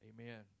Amen